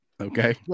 Okay